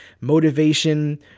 motivation